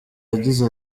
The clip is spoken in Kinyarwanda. yagize